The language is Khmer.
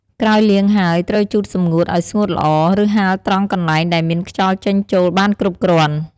ក្រោយលាងហើយ ត្រូវជូតសម្ងួតឲ្យស្ងួតល្អ ឬហាលត្រង់កន្លែងដែលមានខ្យល់ចេញចូលបានគ្រប់គ្រាន់។